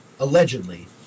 allegedly